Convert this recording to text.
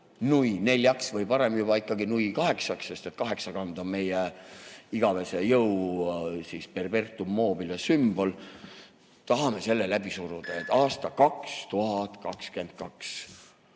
nui neljaks või parem juba nui kaheksaks, sest kaheksakand on meie igavese jõu, perpetuum mobilesümbol. Me tahame selle läbi suruda, et aastal 2022